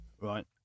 right